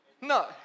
No